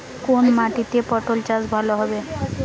কোন মাটিতে পটল চাষ ভালো হবে?